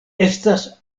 estas